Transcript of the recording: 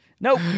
Nope